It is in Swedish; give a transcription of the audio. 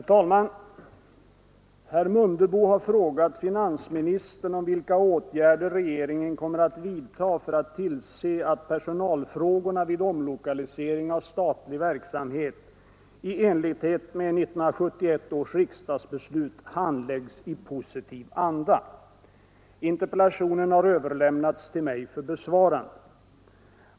Herr talman! Herr Mundebo har frågat finansministern om vilka åtgärder regeringen kommer att vidta för att tillse att personalfrågorna vid omlokalisering av statlig verksamhet — i enlighet med 1971 års riksdagsbeslut — handläggs i positiv anda. Interpellationen har överlämnats till mig för besvarande.